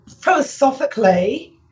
philosophically